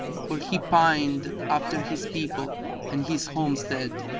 for he pined after his people and his homestead.